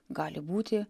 gali būti